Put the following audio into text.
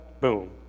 Boom